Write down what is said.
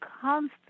constant